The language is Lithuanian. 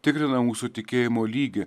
tikrina mūsų tikėjimo lygį